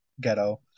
ghetto